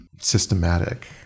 systematic